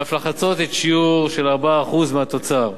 ואף לחצות את שיעור 4% מהתוצר,